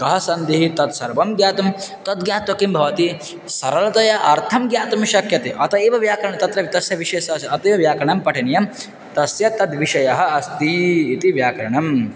कः सन्धिः तत् सर्वं ज्ञातुं तत् ज्ञात्वा किं भवति सरलतया अर्थं ज्ञातुं शक्यते अत एव व्याकरणं तत्र तस्य विशेषः अत एव व्याकरणं पठनीयं तस्य तद्विषयः अस्तीति व्याकरणं